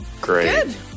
Great